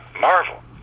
Marvel